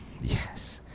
Yes